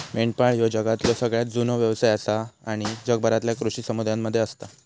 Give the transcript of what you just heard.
मेंढपाळ ह्यो जगातलो सगळ्यात जुनो व्यवसाय आसा आणि जगभरातल्या कृषी समुदायांमध्ये असता